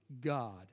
God